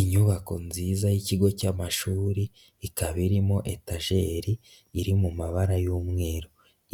Inyubako nziza y'ikigo cy'amashuri ikaba irimo etajeri iri mu mabara y'umweru,